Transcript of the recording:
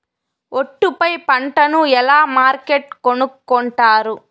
ఒట్టు పై పంటను ఎలా మార్కెట్ కొనుక్కొంటారు?